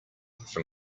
from